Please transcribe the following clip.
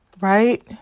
right